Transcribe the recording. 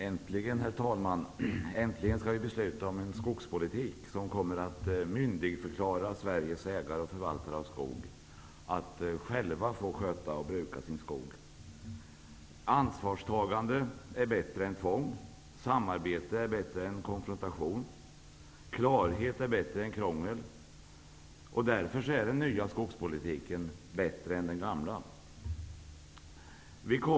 Herr talman! Äntligen skall vi besluta om en skogspolitik som kommer att myndigförklara Sveriges ägare och förvaltare av skog. De kommer själva att få sköta och bruka sin skog. Ansvarstagande är bättre än tvång. Samarbete är bättre än konfrontation. Klarhet är bättre än krångel. Därför är den nya skogspolitiken bättre än den gamla.